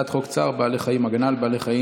בעד,